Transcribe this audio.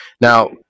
Now